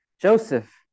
Joseph